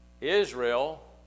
Israel